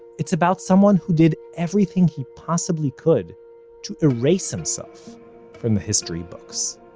it's about someone who did everything he possibly could to erase himself from the history books.